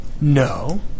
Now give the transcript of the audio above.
No